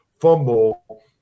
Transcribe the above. fumble